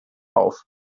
auf